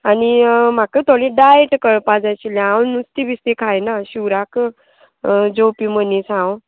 आनी म्हाका थोडी डायट कळपा जाय आशिल्ले हांव नुस्तीं बिस्ती खायना शिवराक जेवपी मनीस हांव